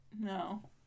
No